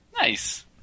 Nice